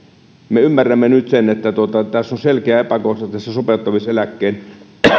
me ymmärrämme nyt sen että on selkeä epäkohta tässä sopeuttamiseläkkeen